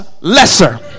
lesser